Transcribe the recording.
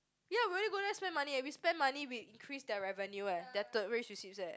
ya we only go there spend money eh we spend money we increase their revenue eh their tourist receipts eh